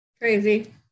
crazy